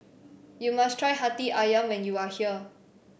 you must try Hati ayam when you are here